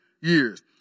years